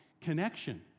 connection